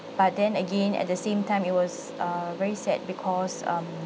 but then again at the same time it was uh very sad because um